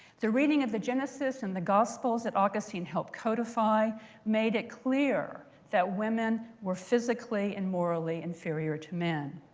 the reading of the genesis and the gospels that augustine helped codify made it clear that women were physically and morally inferior to men.